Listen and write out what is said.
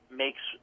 makes